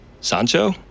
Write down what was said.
Sancho